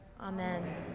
Amen